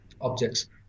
objects